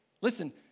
Listen